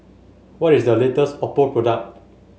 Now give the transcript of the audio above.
what is the latest Oppo product